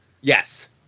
Yes